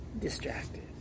distracted